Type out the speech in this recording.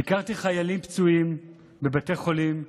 ביקרתי חיילים פצועים בבתי חולים,